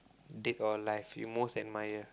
dead or alive you most admire